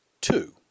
Two